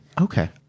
okay